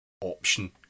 option